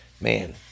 man